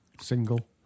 single